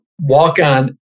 walk-on